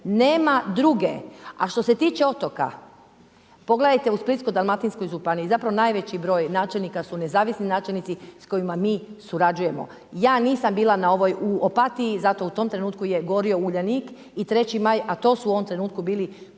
Nema druge. A što se tiče otoka, pogledajte u splitsko-dalmatinskoj županiji, zapravo najveći broj načelnika su nezavisni načelnici s kojima mi surađujemo. Ja nisam bila u Opatiji zato jer u tom trenutku je gorio Uljanik i Treći maj, a to su u ovom trenutku bili